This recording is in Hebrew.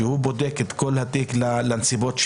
שבודק את כל התיק ונסיבותיו,